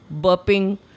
burping